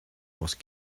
must